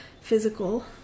physical